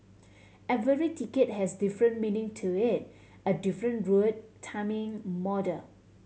every ticket has different meaning to it a different route timing model